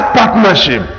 partnership